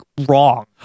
wrong